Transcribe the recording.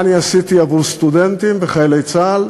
מה אני עשיתי עבור סטודנטים וחיילי צה"ל?